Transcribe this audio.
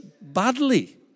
badly